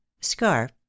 scarf